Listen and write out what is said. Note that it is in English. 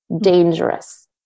dangerous